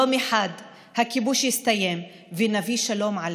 יום אחד הכיבוש יסתיים ונביא שלום עלינו,